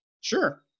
Sure